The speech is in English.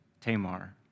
Tamar